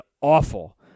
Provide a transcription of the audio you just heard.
awful